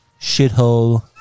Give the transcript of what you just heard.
Shithole